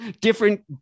different